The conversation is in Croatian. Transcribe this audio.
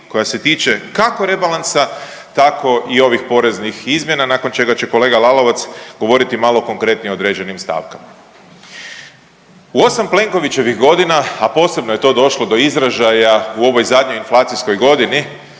koja se tiče kako rebalansa tako i ovih poreznih izmjena nakon čega će kolega Lalovac govoriti malo konkretnije o određenim stavkama. U 8 Plenkovićevih godina, a posebno je to došlo do izražaja u ovoj zadnjoj inflacijskoj godini